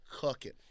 cooking